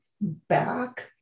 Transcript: back